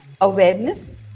awareness